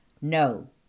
no